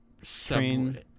train